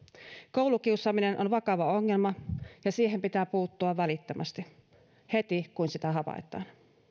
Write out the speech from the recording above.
koulukiusaaminen on vakava ongelma ja siihen pitää puuttua välittömästi heti kun sitä havaitaan